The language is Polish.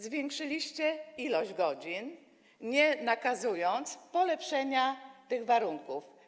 Zwiększyliście ilość godzin, nie nakazując polepszenia tych warunków.